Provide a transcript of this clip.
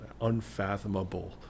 unfathomable